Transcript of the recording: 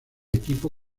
equipo